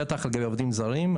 בטח לגבי עובדים זרים.